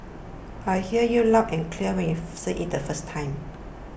I heard you loud and clear when you said it the first time